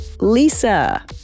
Lisa